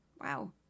Wow